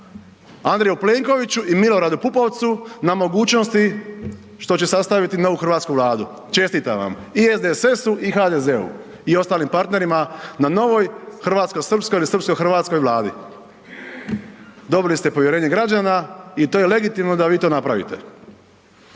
Andreju Plenkoviću i Miloradu Pupovcu na mogućnosti što će sastaviti novu hrvatsku Vladu, čestitam vam i SDSS-u i HDZ-u i ostalim partnerima na novoj hrvatsko-srpskoj ili srpsko-hrvatskoj Vladi. Dobili ste povjerenje građana i to je legitimno da vi to napravite.